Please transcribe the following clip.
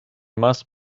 must